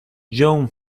john